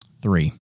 Three